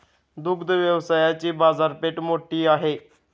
दुग्ध व्यवसायाची बाजारपेठ मोठी आहे